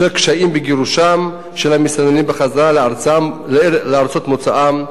בשל קשיים בגירושם של המסתננים בחזרה לארצות מוצאם.